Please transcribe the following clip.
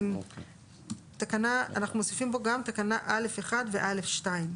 אנחנו מוסיפים פה תקנה (א1) ו-(א2).